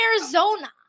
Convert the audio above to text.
arizona